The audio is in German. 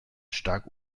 stark